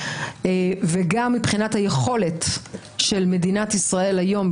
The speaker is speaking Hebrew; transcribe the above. וגם מבחינת היכולת של מדינת ישראל היום,